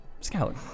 Scout